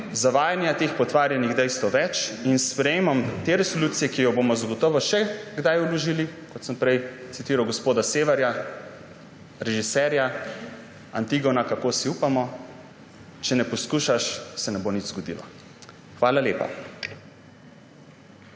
zavajanja, teh potvorjenih dejstev. S sprejetjem te resolucije, ki jo bomo zagotovo še kdaj vložili, kot sem prej citiral gospoda Severja, režiserja Antigone – Kako si upamo!: »Če ne poskušaš, se ne bo nič zgodilo.« Hvala lepa.